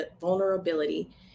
vulnerability